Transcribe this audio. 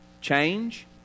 Change